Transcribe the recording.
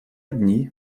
дни